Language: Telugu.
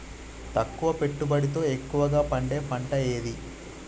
తక్కువ పెట్టుబడితో ఎక్కువగా పండే పంట ఏది?